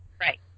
Right